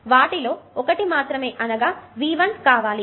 కాబట్టి వాటిలో ఒకటి మాత్రమే అనగా V1 కావాలి